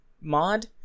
mod